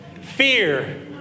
fear